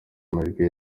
amajwi